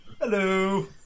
Hello